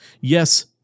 Yes